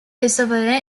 reservoir